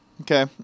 Okay